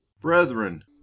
Brethren